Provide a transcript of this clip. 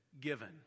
given